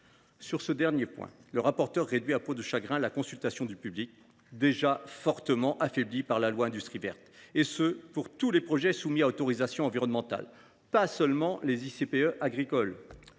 Le rapporteur a d’ailleurs réduit à peau de chagrin la consultation du public, déjà fortement affaiblie par loi Industrie verte, pour tous les projets soumis à autorisation environnementale, pas seulement pour les ICPE agricoles.